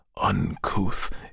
uncouth